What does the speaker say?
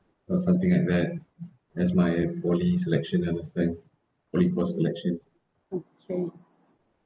or something like that as my poly selection I will select poly course selection okay